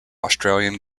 australian